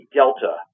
delta